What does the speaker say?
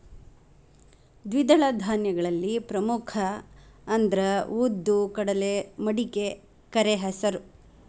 ದ್ವಿದಳ ಧಾನ್ಯಗಳಲ್ಲಿ ಪ್ರಮುಖ ಅಂದ್ರ ಉದ್ದು, ಕಡಲೆ, ಮಡಿಕೆ, ಕರೆಹೆಸರು